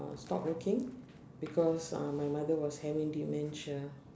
uh stop working because uh my mother was having dementia